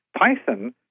Python